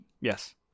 Yes